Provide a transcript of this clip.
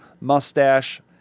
mustache